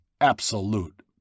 absolute